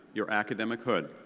your academic hood.